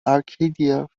arcadia